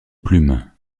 plume